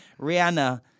Rihanna